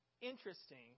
interesting